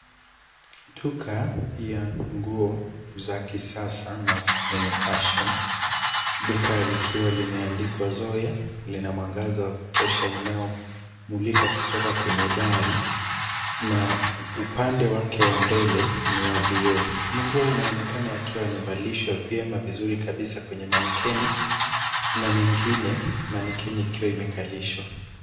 Duka ya nguo za kisasa na zenye [ca] fashion . Duka likiwa limeandikwa zoya, lina mwangaza wa kutosha unaomulika kutoka kwenye dari na upande wake wa mbele ni wa vioo. Manguo yanaonekana yakiwa yamevalishwa vyema vizuri kabisa kwenye manequinn na mengine [ca] manequinn ikiwa imekalishwa.